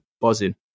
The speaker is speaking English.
buzzing